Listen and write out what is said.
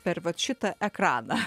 per vat šitą ekraną